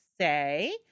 say